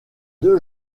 deux